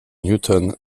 newton